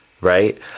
Right